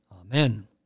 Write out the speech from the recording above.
Amen